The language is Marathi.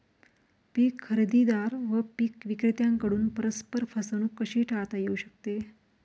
पीक खरेदीदार व पीक विक्रेत्यांकडून परस्पर फसवणूक कशी टाळता येऊ शकते?